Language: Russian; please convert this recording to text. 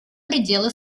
пределы